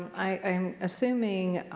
i'm assuming